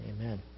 Amen